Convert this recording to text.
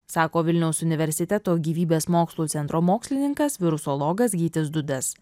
sako vilniaus universiteto gyvybės mokslų centro mokslininkas virusologas gytis dudas